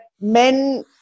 Men